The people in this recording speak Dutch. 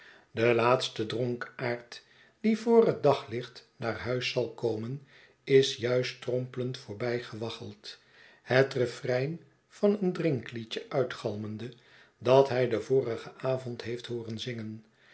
de laatste dronkaard die vr het daglicht naar huis zal komen is juist strompelend voorbijgewaggeld het refrein van een drinkliedje uitgalmende dat hij den vorigen avond heeft hooren zingen